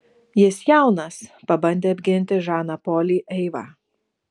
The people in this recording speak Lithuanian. jis jaunas pabandė apginti žaną polį eiva